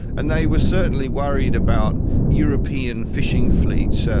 and they were certainly worried about european fishing fleets,